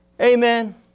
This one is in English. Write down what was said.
Amen